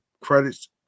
credits